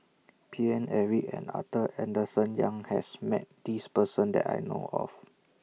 Paine Eric and Arthur Henderson Young has Met This Person that I know of